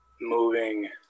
moving